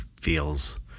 feels